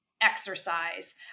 exercise